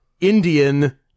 Indian